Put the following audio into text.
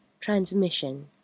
transmission